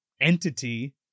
entity